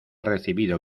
recibido